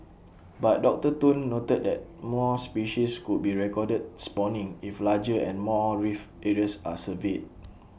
but doctor Tun noted that more species could be recorded spawning if larger and more reef areas are surveyed